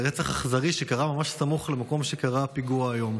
רצח אכזרי שקרה ממש סמוך למקום שבו קרה הפיגוע היום.